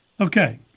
Okay